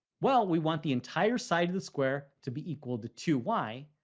well, we want the entire side of the square to be equal to two y,